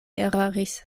eraris